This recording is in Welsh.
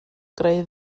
greu